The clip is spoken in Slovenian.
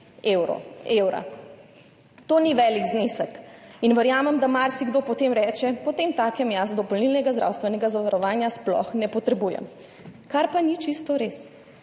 3,6 evra. To ni velik znesek in verjamem, da marsikdo potem reče, potem takem jaz dopolnilnega zdravstvenega zavarovanja sploh ne potrebujem, kar pa ni čisto res.